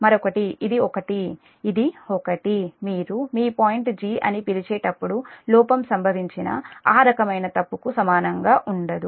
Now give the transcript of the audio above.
మరొకటి ఇది ఒకటి ఇది ఒకటి మీరు మీ పాయింట్ 'g' అని పిలిచేటప్పుడు లోపం సంభవించిన ఆ రకమైన తప్పుకు సమానంగా ఉండదు